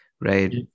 right